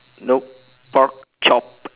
nope pork chop